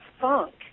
funk